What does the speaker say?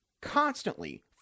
constantly